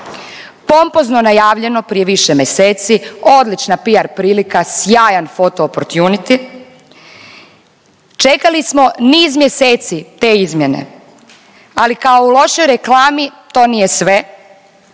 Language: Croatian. Pompozno najavljeno prije više mjeseci, odlična PR prilika, sjajan photo opportunity. Čekali smo niz mjeseci te izmjene, ali kao u lošoj reklami to nije sve.